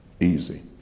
easy